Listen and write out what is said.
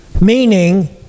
meaning